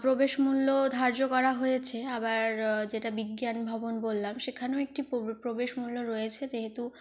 প্রবেশমূল্য ধার্য করা হয়েছে আবার যেটা বিজ্ঞান ভবন বললাম সেখানেও একটি প্রবেশমূল্য রয়েছে যেহেতু